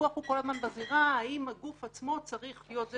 הוויכוח הוא כל הזמן בזירה האם הגוף עצמו צריך להיות זה